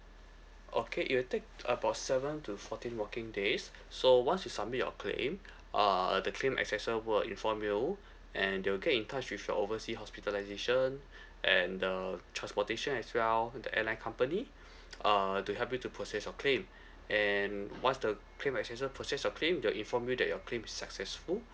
okay it will take about seven to fourteen working days so once you submit your claim uh the claim assessor will inform you and they will get in touch with your oversea hospitalisation and the transportation as well with the airline company err to help you to process your claim and once the claim assessor process your claim they will inform you that your claim is successful